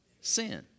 Sin